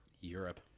europe